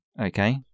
okay